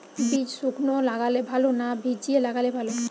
বীজ শুকনো লাগালে ভালো না ভিজিয়ে লাগালে ভালো?